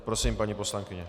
Prosím, paní poslankyně.